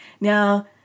Now